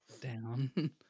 down